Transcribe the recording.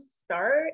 start